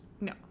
no